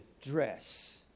dress